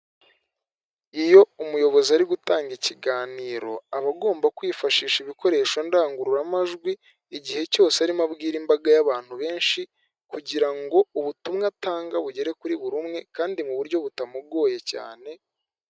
Iyo umuyobozi ari gutanga ikiganiro aba agomba kwifashisha ibikoresho ndangururamajwi igihe cyose arimo abwira imbaga y'abantu benshi kugira ngo ubutumwa atanga bugere kuri buri umwe kandi mu buryo butamugoye cyane.